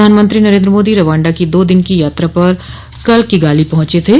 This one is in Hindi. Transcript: प्रधानमंत्री नरेन्द्र मोदी रवांडा की दो दिन की यात्रा पर कल किगाली पहुंचे थे